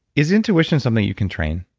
is intuition something you can train?